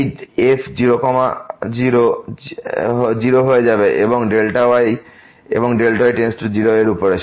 এই f 0 0 0 এবং y এবং y → 0 এর উপরে